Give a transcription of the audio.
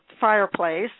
fireplace